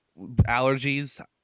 allergies